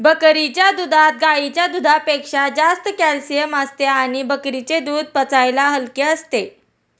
बकरीच्या दुधात गाईच्या दुधापेक्षा जास्त कॅल्शिअम असते आणि बकरीचे दूध पचायला हलके असते